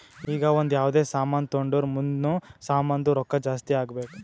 ಈಗ ಒಂದ್ ಯಾವ್ದೇ ಸಾಮಾನ್ ತೊಂಡುರ್ ಮುಂದ್ನು ಸಾಮಾನ್ದು ರೊಕ್ಕಾ ಜಾಸ್ತಿ ಆಗ್ಬೇಕ್